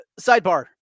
Sidebar